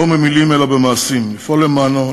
לא במילים אלא במעשים: לפעול למענו,